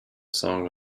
song